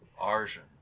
Arjun